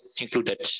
included